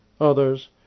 others